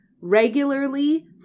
regularly